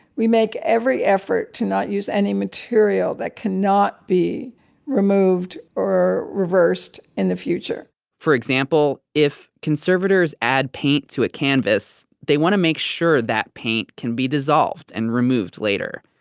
we make every effort to not use any material that cannot be removed or reversed in the future for example, if conservators add paint to a canvas, they want to make sure that paint can be dissolved and removed later.